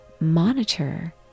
monitor